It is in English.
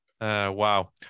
wow